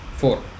four